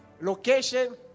location